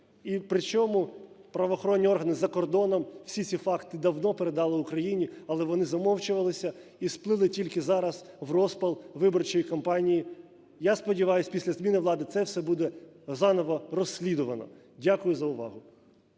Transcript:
І при чому правоохоронні органи за кордоном всі ці факти давно передали Україні, але вони замовчувалися і сплили тільки зараз в розпал виборчої кампанії. Я сподіваюся, після зміни влади це все буде заново розслідувано. Дякую за увагу.